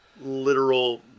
Literal